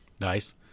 Nice